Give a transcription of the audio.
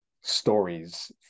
stories